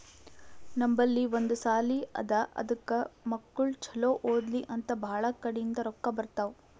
ನಮ್ ಬಲ್ಲಿ ಒಂದ್ ಸಾಲಿ ಅದಾ ಅದಕ್ ಮಕ್ಕುಳ್ ಛಲೋ ಓದ್ಲಿ ಅಂತ್ ಭಾಳ ಕಡಿಂದ್ ರೊಕ್ಕಾ ಬರ್ತಾವ್